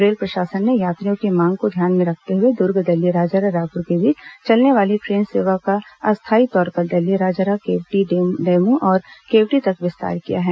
rail प्रशासन ने यात्रियों की मांग को ध्यान में रखते हुए दुर्ग दल्लीराजहरा रायपुर के बीच चलने वाली ट्रेन सेवा का अस्थायी तौर पर दल्लीराजहरा केवटी डैमू और केवटी तक विस्तार किया है